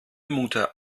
mutter